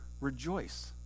rejoice